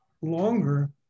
longer